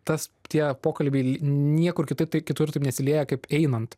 tas tie pokalbiai niekur kitur tai kitur taip nesilieja kaip einant